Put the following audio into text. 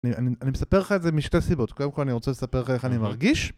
אני מספר לך את זה משתי סיבות, קודם כל אני רוצה לספר לך איך אני מרגיש,